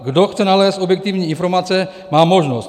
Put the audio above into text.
Kdo chce nalézt objektivní informace, má možnost.